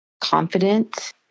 confident